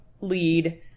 lead